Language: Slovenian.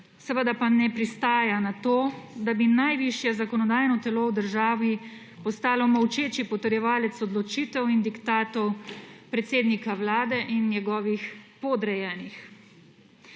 Seveda pa ne pristaja na to, da bi najvišje zakonodajno telo v državi postalo molčeči potrjevalec odločitev in diktatu predsednika vlade in njegovih podrejenih.